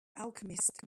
alchemist